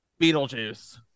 Beetlejuice